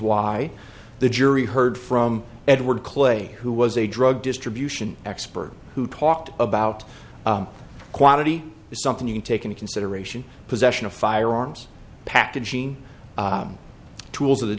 why the jury heard from edward clay who was a drug distribution expert who talked about quantity is something you can take into consideration possession of firearms packaging tools of the